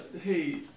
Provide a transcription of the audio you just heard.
hey